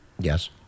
Yes